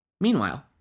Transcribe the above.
Meanwhile